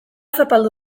zapaldu